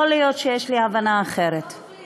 יכול להיות שיש לי הבנה אחרת.